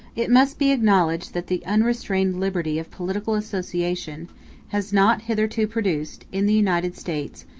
it must be acknowledged that the unrestrained liberty of political association has not hitherto produced, in the united states,